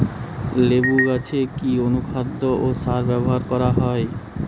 লেবু গাছে কি অনুখাদ্য ও সার ব্যবহার করা হয়?